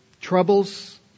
Troubles